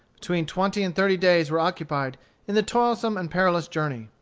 between twenty and thirty days were occupied in the toilsome and perilous journey.